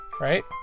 Right